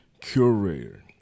curator